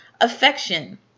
affection